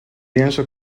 lienzo